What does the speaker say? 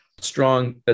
strong